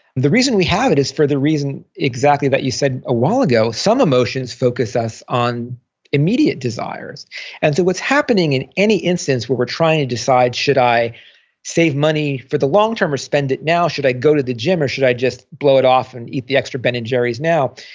the reason we have it is for the reason exactly that you said a while ago. some emotions focus us on immediate desires and so what's happening in any instance where we're trying to decide should i save money for the longterm or spend it now? should i go to the gym or should i just blow it off and eat the extra ben and jerry's now,